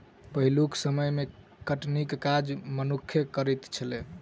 पहिलुक समय मे कटनीक काज मनुक्खे करैत छलै